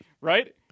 Right